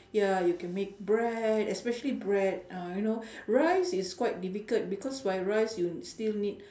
ya you can make bread especially bread uh you know rice is quite difficult because why rice you still need